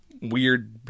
weird